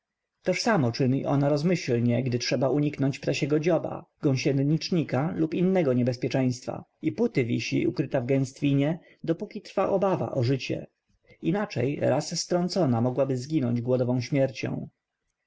toż samo czyni ona rozmyślnie gdy trzeba uniknąć ptasiego dzioba gąsienicznika lub innego niebezpieczeństwa i póty wisi ukryta w gęstwinie dopóki trwa obawa o życie inaczej raz strącona mogłaby zginąć głodową śmiercią